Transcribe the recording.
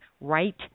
right